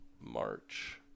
March